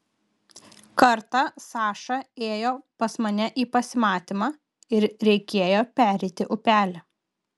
kartą saša ėjo pas mane į pasimatymą ir reikėjo pereiti upelį